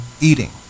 eating